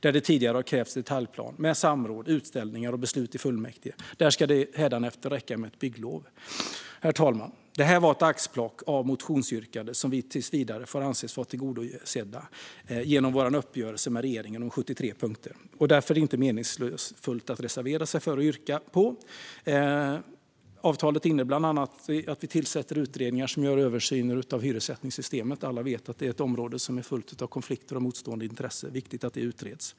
Där det tidigare har krävts detaljplan med samråd, utställningar och beslut i fullmäktige ska det hädanefter räcka med bygglov. Herr talman! Detta var ett axplock av motionsyrkanden som vi tills vidare får anse tillgodosedda genom vår uppgörelse med regeringen om 73 punkter och därmed inte meningsfulla att reservera sig för och yrka på. Avtalet innebär bland annat att vi tillsätter utredningar som gör översyner av hyressättningssystemet. Alla vet att detta är ett område som är fullt av konflikter och motstående intressen, och det är viktigt att det utreds.